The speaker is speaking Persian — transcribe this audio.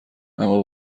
اما